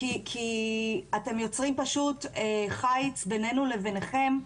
כי אתם יוצרים חיץ בינינו לבינכם.